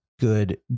good